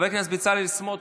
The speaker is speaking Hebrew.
חבר הכנסת בצלאל סמוטריץ'